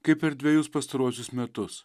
kaip per dvejus pastaruosius metus